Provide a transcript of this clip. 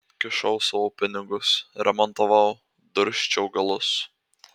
kišau savo pinigus remontavau dursčiau galus